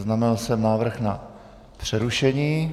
Zaznamenal jsem návrh na přerušení.